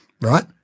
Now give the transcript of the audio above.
right